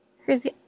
Crazy